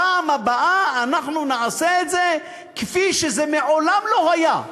בפעם הבאה אנחנו נעשה את זה כפי שזה מעולם לא היה.